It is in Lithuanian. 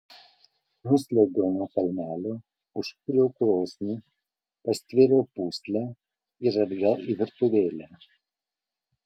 nusliuogiau nuo kalnelio užkūriau krosnį pastvėriau pūslę ir atgal į virtuvėlę